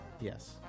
Yes